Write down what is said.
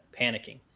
panicking